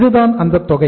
இதுதான் அந்த தொகை